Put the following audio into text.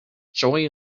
joy